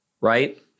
Right